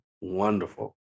wonderful